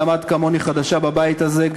גם את כמוני חדשה בבית הזה,